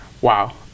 Wow